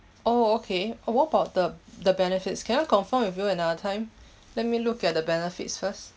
oh okay what about the the benefits can I confirm with you another time let me look at the benefits first